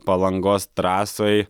palangos trasoj